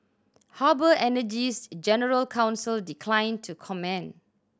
harbour Energy's general counsel declined to comment